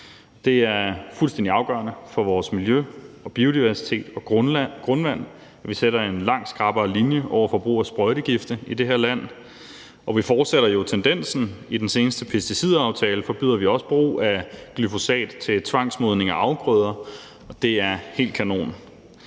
Det er fuldstændig afgørende for vores miljø og biodiversitet og grundvand, at vi sætter en langt skrappere linje over for brug af sprøjtegifte i det her land. Og vi fortsætter jo tendensen: I den seneste pesticidaftale forbyder vi også brug af glyfosat til tvangsmodning af afgrøder – og det er helt kanon.